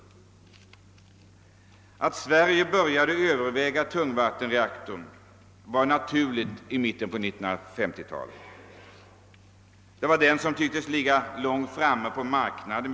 Det var naturligt att Sverige började överväga tungvattenreaktorn i mitten av 1950-talet, eftersom denna då tycktes ligga väl framme på marknaden.